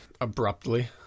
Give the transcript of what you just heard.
abruptly